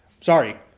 Sorry